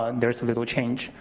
ah there's little change.